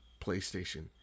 PlayStation